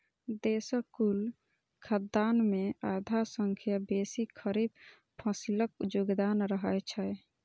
देशक कुल खाद्यान्न मे आधा सं बेसी खरीफ फसिलक योगदान रहै छै